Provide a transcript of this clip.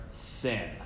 sin